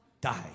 Die